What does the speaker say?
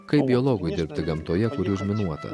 kaip biologui dirbti gamtoje kuri užminuota